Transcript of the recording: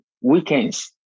weekends